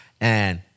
and-